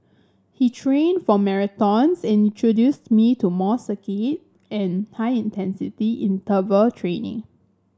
he trained for marathons and introduced me to more circuit and high intensity interval training